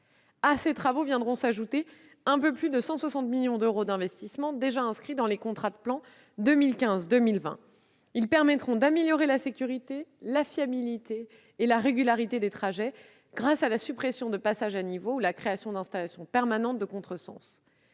À ces travaux s'ajouteront un peu plus de 160 millions d'euros d'investissements déjà inscrits dans les contrats de plan 2015-2020 qui permettront d'améliorer la sécurité, la fiabilité et la régularité des trajets, grâce à la suppression de passages à niveau ou à la création d'installations permanentes de contresens.